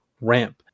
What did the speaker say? ramp